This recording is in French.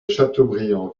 châteaubriand